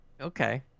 okay